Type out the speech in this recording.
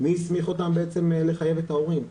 מי הסמיך אותם לחייב את ההורים?